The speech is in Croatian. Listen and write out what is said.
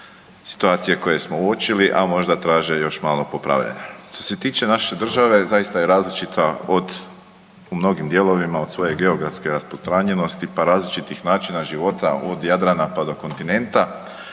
situacije koje smo uočili, a možda traže još malo popravljanja. Što se tiče naše države, zaista je različita od, u mnogim dijelovima od svoje geografske rasprostranjenosti pa različitih načina života od Jadrana pa do kontinenta